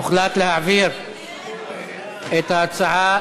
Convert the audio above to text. הוחלט להעביר את ההצעה